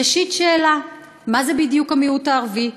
ראשית, שאלה: מה זה בדיוק המיעוט הערבי?